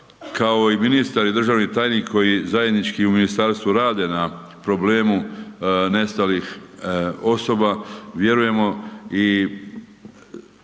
kao i ministar i državni tajnik koji zajednički u ministarstvu rade na problemu nestalih osoba, vjerujemo i